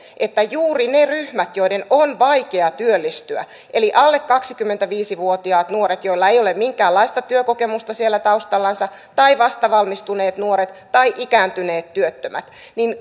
että juuri ne ryhmät joiden on vaikea työllistyä eli alle kaksikymmentäviisi vuotiaat nuoret joilla ei ole minkäänlaista työkokemusta siellä taustallansa tai vastavalmistuneet nuoret tai ikääntyneet työttömät